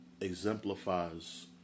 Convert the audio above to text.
exemplifies